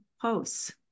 posts